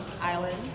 islands